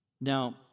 Now